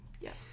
Yes